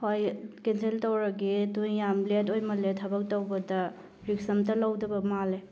ꯍꯣꯏ ꯀꯦꯟꯁꯦꯜ ꯇꯧꯔꯒꯦ ꯑꯗꯣ ꯌꯥꯝꯅ ꯂꯦꯠ ꯑꯣꯏꯃꯜꯂꯦ ꯊꯕꯛ ꯇꯧꯕꯗ ꯔꯤꯛꯁ ꯑꯝꯇ ꯂꯧꯗꯕ ꯃꯥꯜꯂꯦ